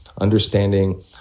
understanding